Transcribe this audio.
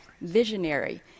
visionary